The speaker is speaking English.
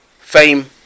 Fame